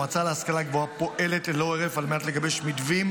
המועצה להשכלה גבוהה פועלת ללא הרף על מנת לגבש מתווים